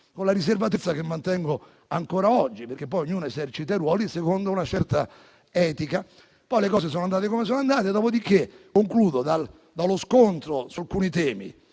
con la riservatezza che mantengo ancora oggi, perché ognuno esercita i ruoli secondo una certa etica. Poi le cose sono andate come sono andate, dopodiché, dallo scontro su alcuni temi